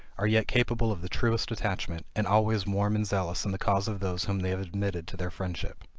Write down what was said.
are yet capable of the truest attachment, and always warm and zealous in the cause of those whom they have admitted to their friendship.